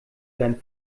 dein